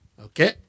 Okay